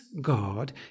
god